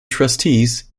trustees